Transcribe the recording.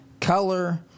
color